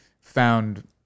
found